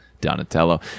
donatello